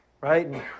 Right